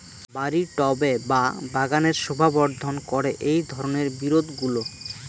বাড়ির টবে বা বাগানের শোভাবর্ধন করে এই ধরণের বিরুৎগুলো